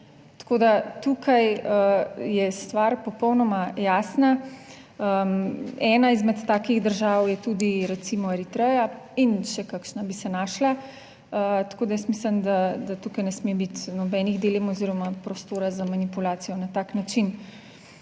tako da tukaj je stvar popolnoma jasna. Ena izmed takih držav je tudi recimo Eritreja in še kakšna bi se našla. Tako, da jaz mislim, da tukaj ne sme biti nobenih dilem oziroma prostora za manipulacijo na tak način.